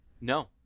No